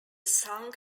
song